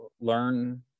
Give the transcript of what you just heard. learn